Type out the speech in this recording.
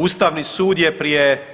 Ustavni sud je prije